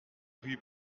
rue